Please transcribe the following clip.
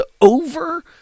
over –